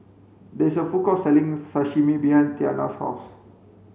there is a food court selling Sashimi behind Tiana's house